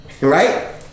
right